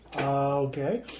Okay